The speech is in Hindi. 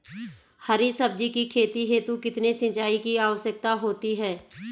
हरी सब्जी की खेती हेतु कितने सिंचाई की आवश्यकता होती है?